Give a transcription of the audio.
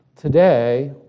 today